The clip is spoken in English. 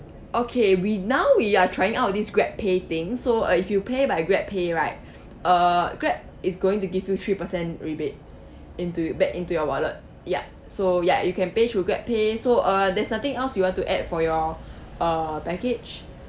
okay we now we are trying out of this Grab pay thing so uh if you pay by Grab pay right uh Grab is going to give you three percent rebate into back into your wallet ya so ya you can pay through Grab pay so uh there's nothing else you want to add for your uh package